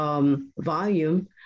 Volume